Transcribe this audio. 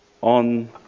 On